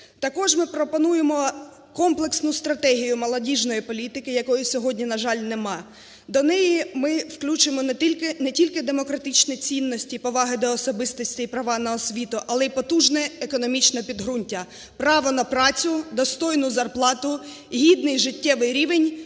Також ми пропонуємо комплексну стратегію молодіжної політики, якої сьогодні, на жаль, немає. До неї ми включимо не тільки демократичні цінності поваги до особистостей і права на освіту, але і потужне економічне підґрунтя, право на працю, достойну зарплату, гідний життєвий рівень,